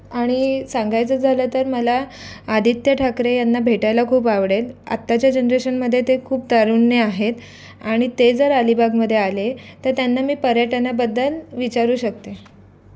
आणि सांगायचं झालं तर मला आदित्य ठाकरे यांना भेटायला खूप आवडेल आत्ताच्या जनरेशनमध्ये ते खूप तारुण्य आहेत आणि ते जर अलिबागमध्ये आले तर त्यांना मी पर्यटनाबद्दल विचारू शकते